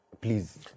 please